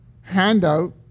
handout